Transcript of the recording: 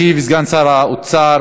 ישיב סגן שר האוצר,